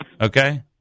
Okay